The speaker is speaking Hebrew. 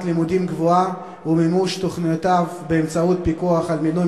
לימודים גבוהה ומימוש תוכניותיו באמצעות פיקוח על מינוי